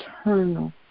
eternal